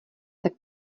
tak